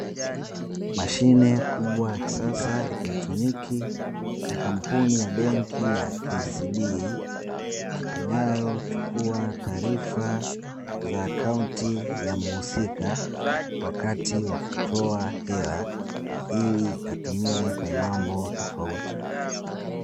Mashine kubwa ya kisasa kielektroniki ya kampuni ya benki ya kcb inayochukua taarifa za akaunti ya muhusika wakati wa kutoa hela ili atumie kwenye mambo tofauti.